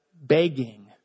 begging